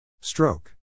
Stroke